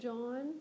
John